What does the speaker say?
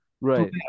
Right